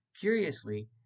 Curiously